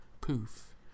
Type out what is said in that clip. poof